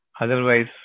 Otherwise